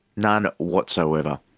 none whatsoever.